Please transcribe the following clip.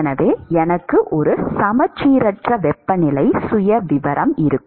எனவே எனக்கு ஒரு சமச்சீரற்ற வெப்பநிலை சுயவிவரம் இருக்கும்